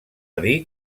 dir